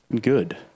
good